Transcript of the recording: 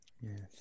Yes